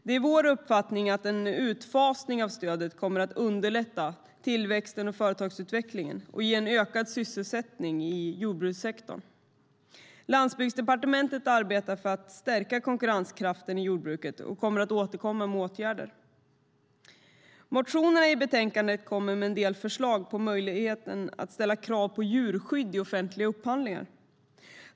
Det är vår uppfattning att en utfasning av stödet kommer att underlätta tillväxten och företagsutvecklingen och ge en ökad sysselsättning i jordbrukssektorn. Landsbygdsdepartementet arbetar för att stärka konkurrenskraften i jordbruket och kommer att återkomma med åtgärder. I motionerna i betänkandet kommer man med en del förslag på möjligheten att ställa krav på djurskydd i offentliga upphandlingar.